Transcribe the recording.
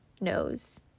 knows